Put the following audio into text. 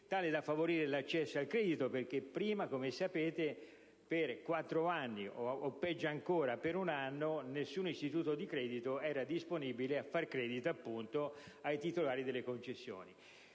investimenti e l'accesso al credito. In precedenza, come sapete, per quattro anni o, peggio ancora, per un anno, nessun istituto di credito era disponibile a far credito ai titolari delle concessioni.